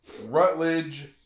Rutledge